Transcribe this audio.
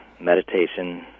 meditation